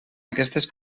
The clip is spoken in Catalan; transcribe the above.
aquestes